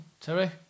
Terry